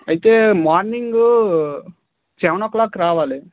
అయితే morning seven ఓ క్లాక్కి రావాలి